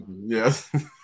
Yes